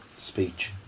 speech